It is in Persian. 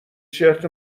شرت